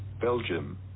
Belgium